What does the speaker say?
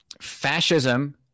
Fascism